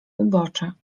ubocze